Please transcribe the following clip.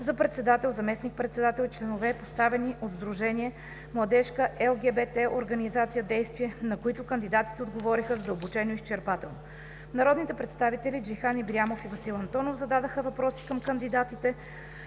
за председател, заместник-председател и членове, поставени от Сдружение „Младежка ЛГБТ Организация Действие“, на които кандидатите отговориха задълбочено и изчерпателно. Народните представители Джейхан Ибрямов и Васил Антонов зададоха въпроси към кандидатите,